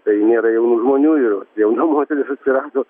tai nėra jaunų žmonių ir jauna moteris atsirado